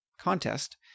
contest